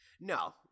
no